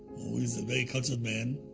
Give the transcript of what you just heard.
who is a very cultured man,